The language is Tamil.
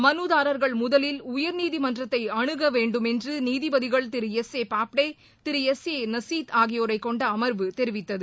மனுதாரா்கள் முதலில் உயர்நீதிமன்றத்தை அனுக வேண்டுமென்று நீதிபதிகள் திரு எஸ் ஏ பாப்டே திரு எஸ் ஏ நஸீத் ஆகியோரைக் கொண்ட அமா்வு தெரிவித்தது